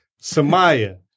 Samaya